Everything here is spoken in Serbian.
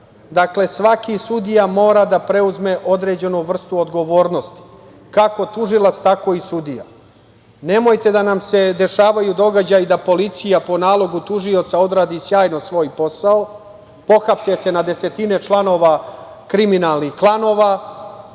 države. Dakle, svaki sudija mora da preuzme određenu vrstu odgovornosti, kako tužilac, tako i sudija. Nemojte da nam se dešavaju događaji da policija po nalogu tužioca odradi sjajno svoj posao, pohapse se na desetine članova kriminalnih klanova,